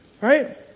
Right